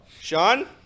Sean